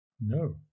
No